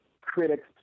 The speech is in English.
critics